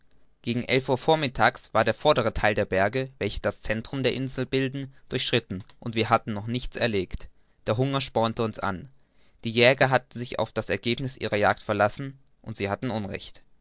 gegen elf uhr vormittags war der vordere theil der berge welche das centrum der insel bilden durchschritten und wir hatten noch nichts erlegt der hunger spornte uns die jäger hatten sich auf das ergebniß ihrer jagd verlassen und sie hatten unrecht